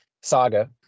saga